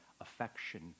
affection